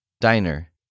Diner